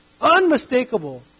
Unmistakable